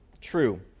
True